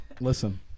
listen